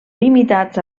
limitats